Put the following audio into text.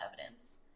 evidence